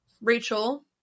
Rachel